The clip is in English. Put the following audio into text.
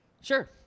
Sure